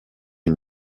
une